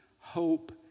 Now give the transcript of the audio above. hope